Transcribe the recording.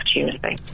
opportunity